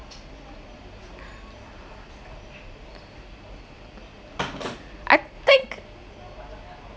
I think